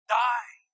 die